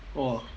!wah!